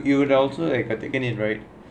you ah also like taking it right